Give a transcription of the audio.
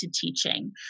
teaching